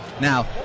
now